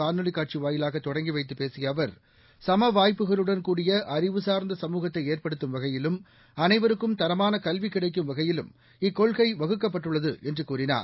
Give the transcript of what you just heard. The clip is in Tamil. காணொலிக் காட்சி வாயிலாக தொடங்கி வைத்துப் பேசிய அவர் சமவாய்ப்புகளுடன் கூடிய அறிவுசார்ந்த சமூகத்தை ஏற்படுத்தும் வகையிலும் அனைவருக்கும் தரமான கல்வி கிடைக்கும் வகையிலும் இக்கொள்கை வகுக்கப்பட்டுள்ளது என்று கூறினார்